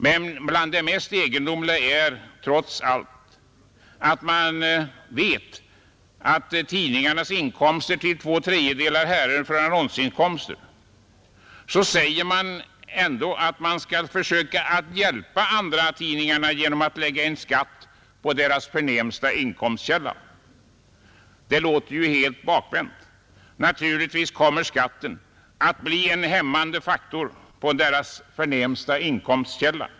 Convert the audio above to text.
Men bland det mest egendomliga är att, trots att man vet att tidningarnas inkomster till två tredjedelar härrör från annonsinkomster, så säger man sig nu skola försöka hjälpa andratidningarna — genom att lägga en skatt på deras förnämsta inkomstkälla. Det låter ju helt bakvänt. Naturligtvis kommer skatten att bli en hämmande faktor på deras förnämsta inkomstkälla.